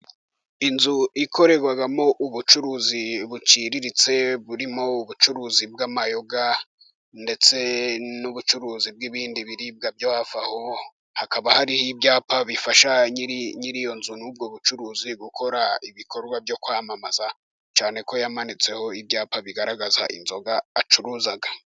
Inzu ikorerwamo ubucuruzi buciriritse, burimo ubucuruzi bw'amayoga, ndetse n'ubucuruzi bw'ibindi biribwa byo aho, hakaba hariho ibyapa bifasha nyir'iyo nzu n'ubwo bucuruzi gukora ibikorwa byo kwamamaza, cyane ko yamanitseho ibyapa bigaragaza inzoga acuruza.